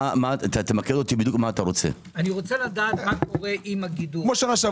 אני רוצה לדעת מה קורה עם הגידור,